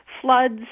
floods